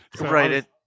Right